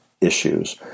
issues